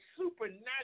supernatural